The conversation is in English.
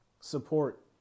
support